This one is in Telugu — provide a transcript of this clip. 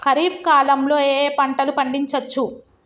ఖరీఫ్ కాలంలో ఏ ఏ పంటలు పండించచ్చు?